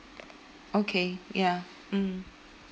okay ya mm